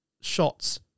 shots